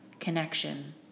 connection